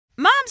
Moms